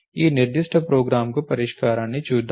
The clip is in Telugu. ఈ నిర్దిష్ట ప్రోగ్రామ్కు పరిష్కారాన్ని చూద్దాం